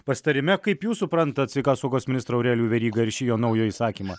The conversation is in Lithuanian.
pasitarime kaip jūs suprantat sveikatos saugos ministrą aurelijų verygą ir šį jo naują įsakymą